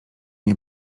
nie